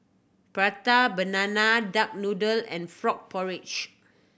Prata Banana duck noodle and frog porridge